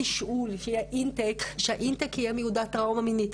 התשאול - שהאינטייק יהיה מיודע טראומה מינית.